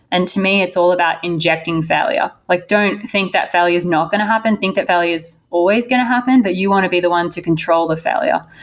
and to me it's all about injecting failure. like don't think that failure is not going to happen. think that failure is always going to happen, but you want to be the one to control the failure.